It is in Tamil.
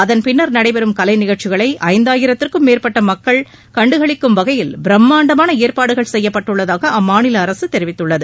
அதன்பின்னர் நடைபெறும் கலைநிகழ்ச்சிகளை ஐந்தாயிரத்திற்கும் மேற்பட்ட மக்கள் கண்டுகளிக்கும் வகையில் பிரம்மாண்டமான ஏற்பாடுகள் செய்யப்பட்டுள்ளதாக அம்மாநில அரசு தெரிவித்துள்ளது